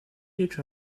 each